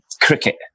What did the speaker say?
cricket